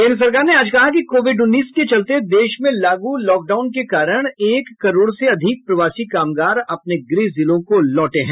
केन्द्र सरकार ने आज कहा कि कोविड उन्नीस के चलते देश में लागू लॉकडाउन के कारण एक करोड़ से अधिक प्रवासी कामगार अपने गृह जिलों को लौटे हैं